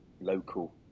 local